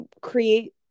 create